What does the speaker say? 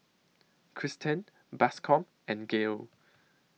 Cristen Bascom and Gael